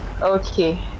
Okay